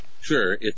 Sure